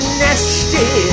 nasty